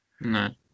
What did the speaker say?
No